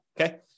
Okay